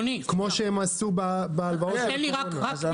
כמו שהם עשו בהלוואות של הקורונה.